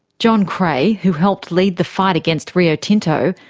john krey, who helped lead the fight against rio tinto,